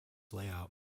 layout